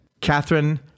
Catherine